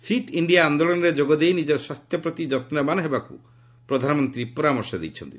fit India ଆନ୍ଦୋଳନରେ ଯୋଗଦେଇ ନିଜର ସ୍ୱାସ୍ଥ୍ୟ ପ୍ରତି ଯତ୍ନବାନ୍ ହେବାକୁ ପ୍ରଧାନମନ୍ତ୍ରୀ ପରାମର୍ଶ ଦେଇଛନ୍ତି